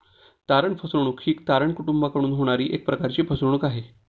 तारण फसवणूक ही तारण कुटूंबाकडून होणारी एक प्रकारची फसवणूक आहे